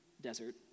desert